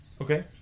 Okay